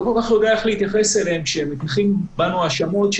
יודע איך להתייחס אליהם כשמטיחים בנו האשמות.